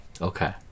Okay